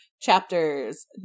chapters